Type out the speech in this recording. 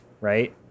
right